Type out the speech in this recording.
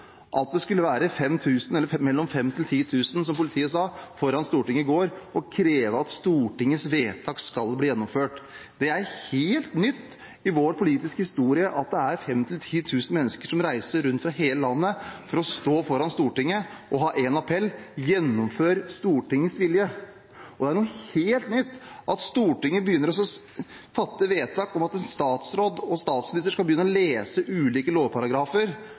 at det skulle være 5 000–10 000, som politiet sa, foran Stortinget i går og kreve at Stortingets vedtak skulle bli gjennomført. Det er helt nytt i vår politiske historie at 5 000–10 000 mennesker reiser fra hele landet for å stå foran Stortinget og ha én appell: Gjennomfør Stortingets vilje. Det er noe helt nytt at Stortinget begynner å fatte vedtak om at en statsråd og en statsminister skal begynne å lese ulike lovparagrafer